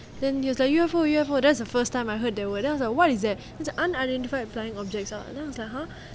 then he was like U_F_O U_F_O that was the first time I heard that word then I was like what is that it was like unidentified flying objects ah then I was like !huh!